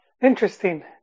Interesting